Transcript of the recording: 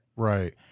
Right